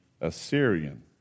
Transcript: Assyrian